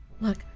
look